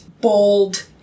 bold